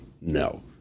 No